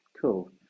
cool